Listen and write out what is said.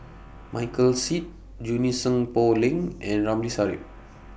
Michael Seet Junie Sng Poh Leng and Ramli Sarip